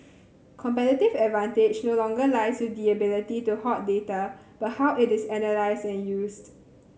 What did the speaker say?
competitive advantage no longer lies with the ability to hoard data but how it is analysed and used